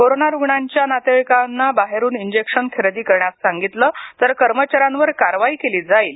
corona रुग्णांच्या नातेवाईकांना बाहेरून इंजेक्शन खरेदी करण्यास सांगितले तर कर्मचाऱ्यांवर कारवाई केली जाईल